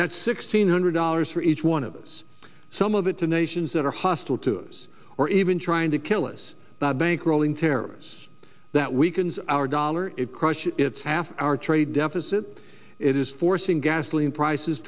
that's sixteen hundred dollars for each one of us some of it to nations that are hostile to us or even trying to kill us bankrolling terrorists that weakens our dollar it crush it's half our trade deficit it is forcing gasoline prices